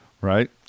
Right